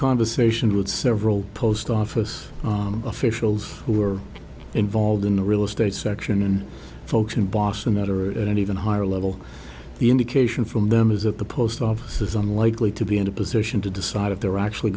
conversation with several post office officials who are involved in the real estate section and folks in boston that are at an even higher level the indication from them is that the post office is unlikely to be in a position to decide if they're actually